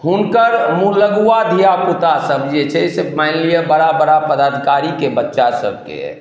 हुनकर मूलुआ धिया पुता सब जे छै से मानि लिअ बड़ा बड़ा पदाधकारीके बच्चा सबके यऽ